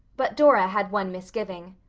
but dora had one misgiving.